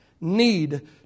need